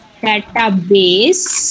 database